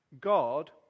God